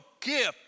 gift